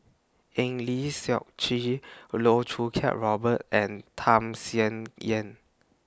Eng Lee Seok Chee Loh Choo Kiat Robert and Tham Sien Yen